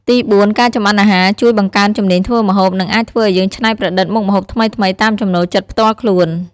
ទីបួន ការចម្អិនអាហារជួយ បង្កើនជំនាញធ្វើម្ហូប និងអាចឱ្យយើងច្នៃប្រឌិតមុខម្ហូបថ្មីៗតាមចំណូលចិត្តផ្ទាល់ខ្លួន។